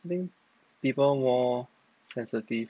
mean people more sensitive